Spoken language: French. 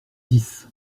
dix